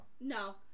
no